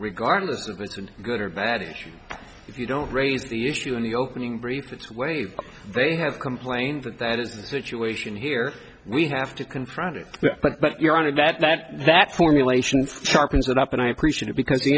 regardless of it's a good or bad if you don't raise the issue in the opening brief way they have complained that that is the situation here we have to confront it but you're on to that that that formulation sharpens it up and i appreciate it because the